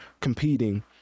competing